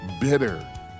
bitter